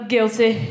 Guilty